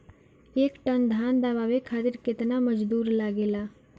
एक टन धान दवावे खातीर केतना मजदुर लागेला?